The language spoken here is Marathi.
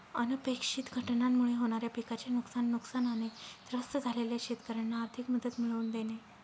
अनपेक्षित घटनांमुळे होणाऱ्या पिकाचे नुकसान, नुकसानाने त्रस्त झालेल्या शेतकऱ्यांना आर्थिक मदत मिळवून देणे